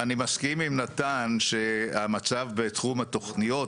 אני מסכים עם נתן שהמצב בתחום התוכניות,